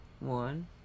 One